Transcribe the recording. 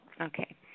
Okay